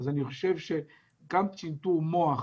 אני חושב שגם צנתור מוח